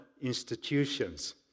institutions